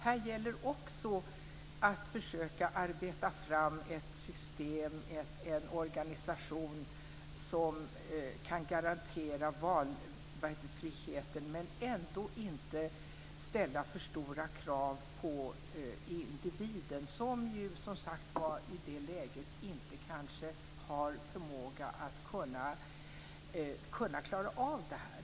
Här gäller det också att försöka arbeta fram ett system, en organisation, som kan garantera valfriheten men som ändå inte ställer för stora krav på individen, som ju, som sagt var, i det läget kanske inte har förmågan att klara av det.